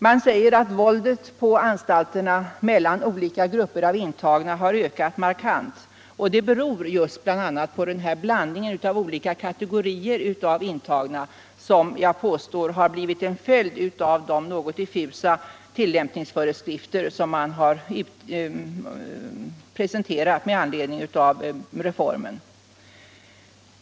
Man säger att våldet på anstalterna mellan olika grupper av intagna har ökat markant, och det beror bl.a. på den blandning av olika kategorier av intagna som jag påstår har blivit en följd av de något diffusa tilllämpningsföreskrifter som man har utfärdat med anledning av reformen.